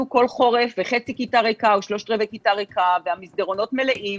כל חורף וחצי כיתה או שלושת רבעי כיתה ריקה והמסדרונות מלאים